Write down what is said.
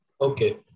Okay